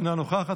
אינה נוכחת,